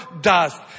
dust